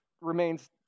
remains